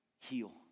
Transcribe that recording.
heal